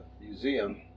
Museum